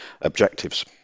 objectives